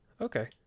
Okay